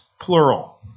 plural